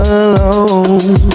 alone